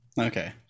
Okay